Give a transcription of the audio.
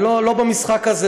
אני לא במשחק הזה,